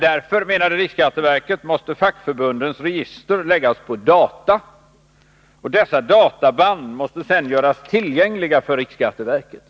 Därför, menade riksskatteverket, måste fackförbundens register läggas på data. Dessa databand måste sedan göras tillgängliga för riksskatteverket.